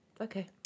okay